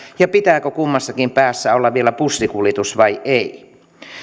ja pitääkö kummassakin päässä olla vielä bussikuljetus vai ei